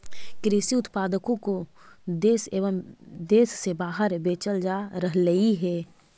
कृषि उत्पादों को देश एवं देश से बाहर बेचल जा रहलइ हे